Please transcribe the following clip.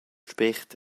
spért